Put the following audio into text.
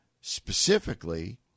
specifically